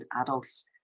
adults